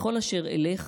בכל אשר אלך,